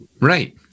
Right